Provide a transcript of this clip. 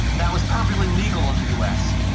that was perfectly legal in the us.